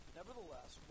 Nevertheless